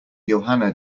johanna